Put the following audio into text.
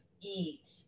eat